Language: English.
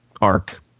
Ark